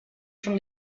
from